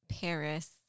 Paris